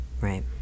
Right